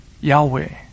Yahweh